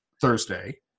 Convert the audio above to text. thursday